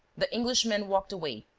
the englishman walked away,